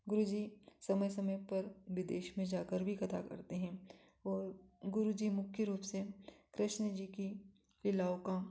गुरुजी समय समय पर विदेश में जाकर भी कथा करते हैं और गुरुजी मुख्य रूप से कृष्ण जी की लीलाओं का